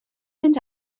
mynd